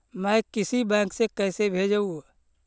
मैं किसी बैंक से कैसे भेजेऊ